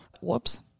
whoops